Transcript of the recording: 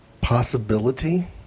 possibility